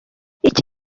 iki